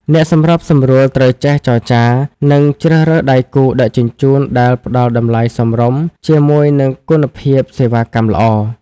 អ្នកសម្របសម្រួលត្រូវចេះចរចា និងជ្រើសរើសដៃគូដឹកជញ្ជូនដែលផ្តល់តម្លៃសមរម្យជាមួយនឹងគុណភាពសេវាកម្មល្អ។